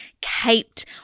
caped